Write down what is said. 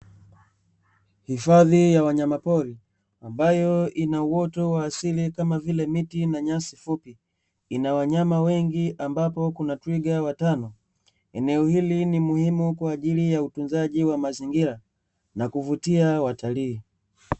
Hifadhi ya wanyamapori ambayo ina uoto wa asili kama vile miti na nyasi fupi. Ina wanyama wengi, ambapo kuna twiga watano. Eneo hili ni muhimu kwa ajili ya utunzaji wa mazingira na kuvutia watalii.